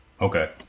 Okay